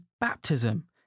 baptism